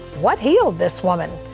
what healed this woman?